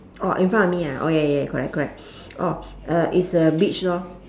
oh in front of me ah oh ya ya ya correct correct oh uh it's a beach lor